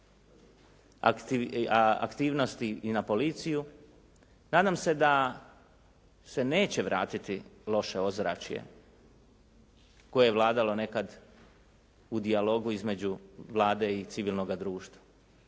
aktivnosti i na policiju. Nadam se da se neće vratiti loše ozračje koje je vladalo nekad u dijelogu između Vlade i civilnoga društva.